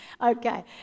Okay